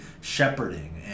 shepherding